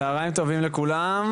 צוהריים טובים לכולם.